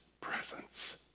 presence